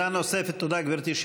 תודה, גברתי.